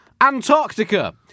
Antarctica